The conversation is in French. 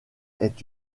est